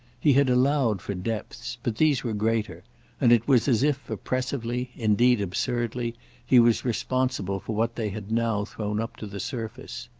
he had allowed for depths, but these were greater and it was as if, oppressively indeed absurdly he was responsible for what they had now thrown up to the surface.